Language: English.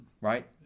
Right